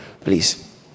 please